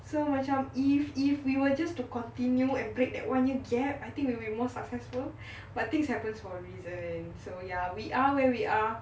so macam if if you were just to continue and break that one year gap I think we will be more successful but things happens for a reason so ya we are where we are